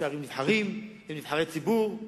ראשי ערים נבחרים, הם נבחרי הציבור,